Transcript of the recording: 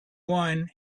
wine